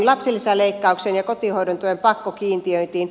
lapsilisäleikkaukseen ja kotihoidon tuen pakkokiintiöintiin